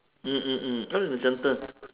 mm mm mm right in the center